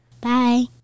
Bye